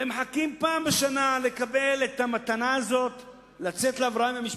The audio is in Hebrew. ומחכים פעם בשנה לקבל את המתנה הזאת לצאת להבראה עם המשפחה.